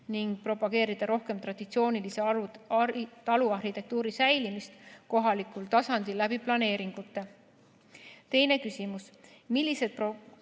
ning propageerida rohkem traditsioonilise taluarhitektuuri säilimist kohalikul tasandil läbi planeeringute. Teine küsimus: "Millised